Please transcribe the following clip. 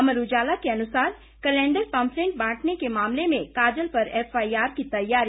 अमर उजाला के अनुसार calendar pamphlet बांटने के मामले में काजल पर एफआईआर की तैयारी